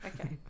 Okay